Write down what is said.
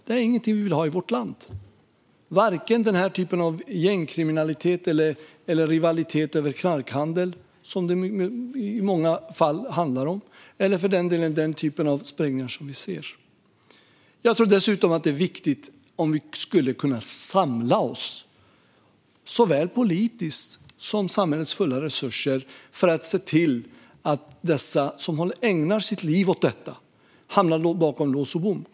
Det är ingenting som vi vill ha i vårt land, vare sig den här typen av gängkriminalitet eller rivalitet vid knarkhandel, som det i många fall handlar om, eller för den delen den typ av sprängningar som vi ser. Jag tror dessutom att det är viktigt att vi kan samla oss såväl politiskt som med samhällets fulla resurser för att se till att de som ägnar sitt liv åt detta hamnar bakom lås och bom.